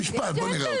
בוא נראה.